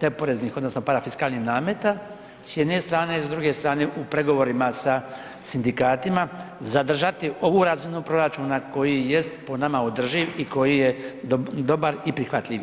te poreznih odnosno parafiskalnih nameta s jedne strane i s druge strane u pregovorima sa sindikatima zadržati ovu razinu proračuna koji jest po nama održiv i koji je dobar i prihvatljiv.